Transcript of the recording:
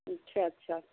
अच्छा अच्छा